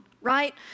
right